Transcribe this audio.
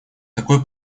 такой